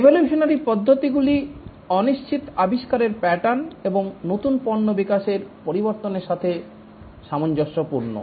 evolutionary পদ্ধতিগুলি অনিশ্চিত আবিষ্কারের প্যাটার্ন এবং নতুন পণ্য বিকাশের পরিবর্তনের সাথে সামঞ্জস্যপূর্ণ